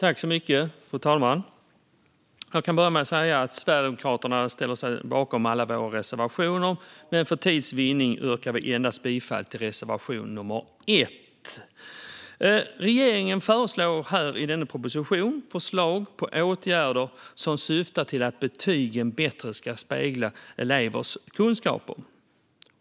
Fru talman! Jag kan börja med att säga att Sverigedemokraterna ställer sig bakom alla våra reservationer, men för tids vinning yrkar vi bifall endast till reservation nummer 1. Regeringen föreslår i denna proposition åtgärder som syftar till att betygen bättre ska spegla elevers kunskaper.